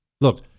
Look